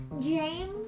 James